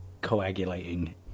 coagulating